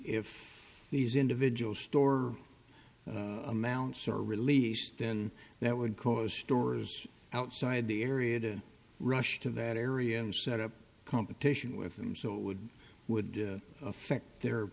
if these individual store amounts are released then that would cause stores outside the area to rush to that area and set up competition with them so it would would affect their